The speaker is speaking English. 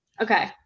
Okay